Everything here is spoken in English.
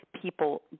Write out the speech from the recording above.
people